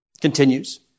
Continues